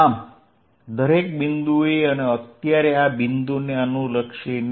આમ દરેક બિંદુએ અને અત્યારે આ બિંદુને અનુલક્ષીને